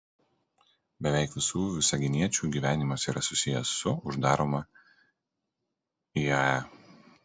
beveik visų visaginiečių gyvenimas yra susijęs su uždaroma iae